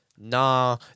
Nah